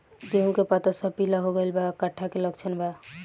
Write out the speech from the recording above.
गेहूं के पता सब पीला हो गइल बा कट्ठा के लक्षण बा?